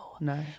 No